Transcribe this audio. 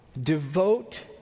Devote